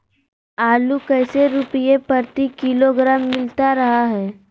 आलू कैसे रुपए प्रति किलोग्राम मिलता रहा है?